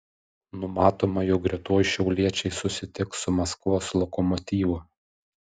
numatoma jog rytoj šiauliečiai susitiks su maskvos lokomotyvu